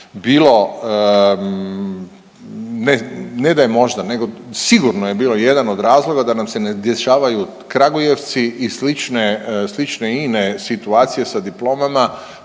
bilo, ne da je možda nego sigurno je bio jedan od razloga da nam se ne dešavaju Kragujevci i slične, slične ine situacije sa diplomama